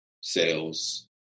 sales